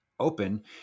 open